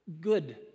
good